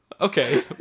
Okay